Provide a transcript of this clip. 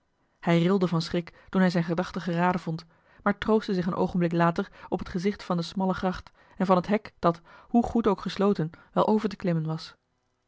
hij rilde van schrik toen hij zijne gedachte geraden vond maar troostte zich een oogenblik later op het gezicht van de smalle gracht en van het hek dat hoe goed ook gesloten wel over te klimmen was